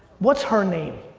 what's her name?